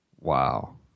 Wow